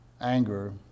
anger